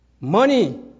Money